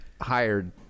hired